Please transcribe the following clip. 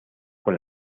con